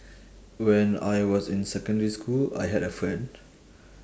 when I was in secondary school I had a friend